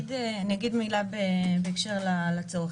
אגיד מילה בקשר לצורך.